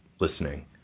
listening